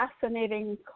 fascinating